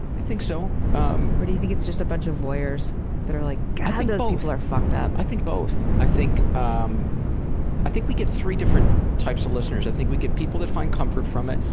i think so. um or do you think it's just a bunch of voyeurs that are like god those people are fucked up? i think both. i think um i think we get three different types of listeners. i think we get people that find comfort from it,